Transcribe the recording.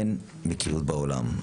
אין מקריות בעולם.